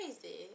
crazy